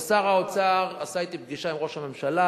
ושר האוצר עשה אתי פגישה עם ראש הממשלה